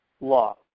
law